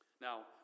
Now